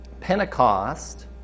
pentecost